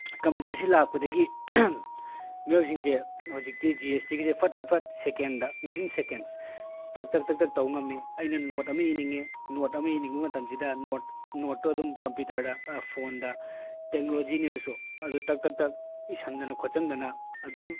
ꯀꯝꯄ꯭ꯌꯨꯇꯔꯁꯤ ꯂꯥꯛꯄꯗꯒꯤ ꯃꯤꯑꯣꯏꯕꯁꯤꯡꯁꯦ ꯍꯧꯖꯤꯛꯇꯤ ꯖꯤ ꯑꯦꯁ ꯇꯤꯒꯤꯁꯦ ꯐꯠ ꯐꯠ ꯐꯠ ꯁꯦꯀꯦꯟꯗ ꯋꯤꯗꯤꯟ ꯁꯦꯀꯦꯟꯁ ꯇꯛ ꯇꯛ ꯇꯛ ꯇꯛ ꯇꯧ ꯉꯝꯃꯦ ꯑꯩꯅ ꯅꯣꯠ ꯑꯃ ꯏꯅꯤꯡꯉꯦ ꯅꯣꯠ ꯑꯃ ꯏꯅꯤꯡꯕ ꯃꯇꯝꯁꯤꯗ ꯅꯣꯠ ꯅꯣꯠꯇꯣ ꯑꯗꯨꯝ ꯀꯝꯄ꯭ꯌꯨꯇꯔꯗ ꯐꯣꯟꯗ ꯇꯦꯛꯅꯣꯂꯣꯖꯤꯅꯤ ꯑꯗꯨꯁꯨ ꯑꯗꯨ ꯇꯛ ꯇꯛ ꯇꯛ ꯏꯁꯤꯟꯗꯅ ꯈꯣꯠꯆꯤꯟꯗꯅ ꯑꯗꯨꯝ